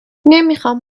نمیخام